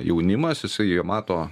jaunimas jisai jie mato